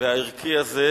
והערכי הזה,